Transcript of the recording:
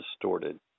distorted